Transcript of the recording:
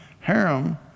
Harem